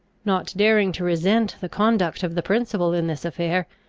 not daring to resent the conduct of the principal in this affair,